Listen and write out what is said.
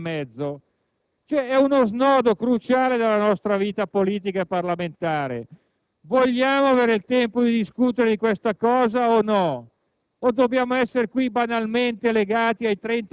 Bene, siamo arrivati a un punto in cui forse la politica sta rialzando la testa, ciascuno dal proprio punto di vista. Non vorrei affermare qualcosa di straordinario, ma se